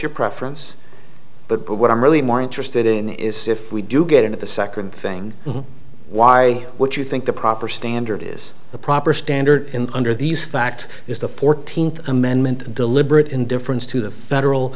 your preference but but what i'm really more interested in is if we do get into the second thing why would you think the proper standard is the proper standard under these facts is the fourteenth amendment deliberate indifference to the federal